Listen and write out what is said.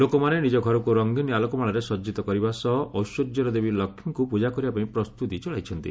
ଲୋକମାନେ ନିଜ ଘରକୁ ରଙ୍ଗୀନ୍ ଆଲୋକମାଳାରେ ସଜିତ କରିବା ସହ ଐଶ୍ୱର୍ଯ୍ୟର ଦେବୀ ଲକ୍ଷ୍ମୀଙ୍କୁ ପୂଜା କରିବାପାଇଁ ପ୍ରସ୍ତୁତି ଚଳାଇଛନ୍ତି